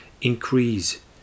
increase